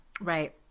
Right